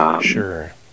Sure